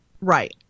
right